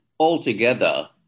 Altogether